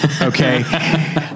okay